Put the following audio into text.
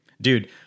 Dude